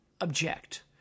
object